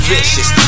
Vicious